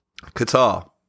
Qatar